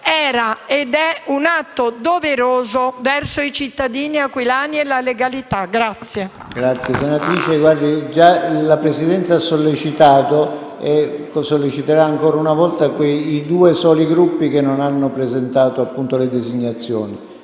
era ed è un atto doveroso verso i cittadini aquilani e la legalità.